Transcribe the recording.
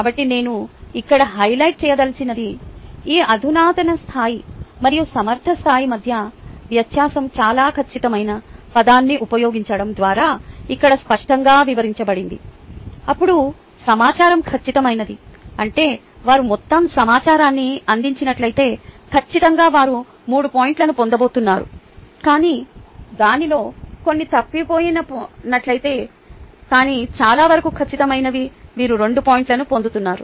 కాబట్టి నేను ఇక్కడ హైలైట్ చేయదలిచినది ఈ అధునాతన స్థాయి మరియు సమర్థ స్థాయి మధ్య వ్యత్యాసం చాలా ఖచ్చితమైన పదాన్ని ఉపయోగించడం ద్వారా ఇక్కడ స్పష్టంగా వివరించబడింది అప్పుడు సమాచారం ఖచ్చితమైనది అంటే వారు మొత్తం సమాచారాన్ని అందించినట్లయితే ఖచ్చితంగా వారు 3 పాయింట్లను పొందబోతున్నారు కానీ దానిలో కొన్ని తప్పిపోయినట్లయితే కానీ చాలావరకు ఖచ్చితమైనవి మీరు రెండు పాయింట్లను పొందబోతున్నారు